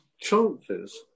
chances